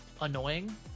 annoying